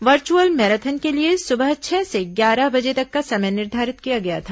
virtual marathon के लिए सुबह छह से ग्यारह बजे तक का समय निर्धारित किया गया था